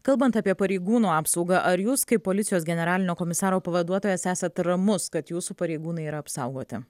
kalbant apie pareigūnų apsaugą ar jūs kaip policijos generalinio komisaro pavaduotojas esat ramus kad jūsų pareigūnai yra apsaugoti